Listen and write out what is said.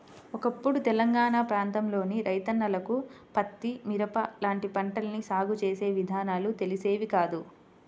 ఒకప్పుడు తెలంగాణా ప్రాంతంలోని రైతన్నలకు పత్తి, మిరప లాంటి పంటల్ని సాగు చేసే విధానాలు తెలిసేవి కాదు